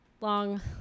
long